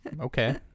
Okay